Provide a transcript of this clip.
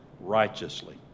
righteously